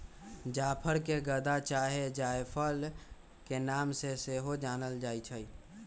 जाफर के गदा चाहे जायफल के नाम से सेहो जानल जाइ छइ